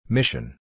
Mission